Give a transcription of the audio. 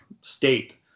state